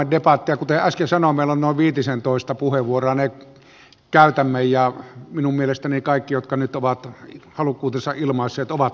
kuten äsken sanoin meillä on viitisentoista puheenvuoroa ja ne käytämme ja minun mielestäni kaikki jotka nyt ovat halukkuutensa ilmaisseet ovat tällä listalla